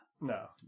No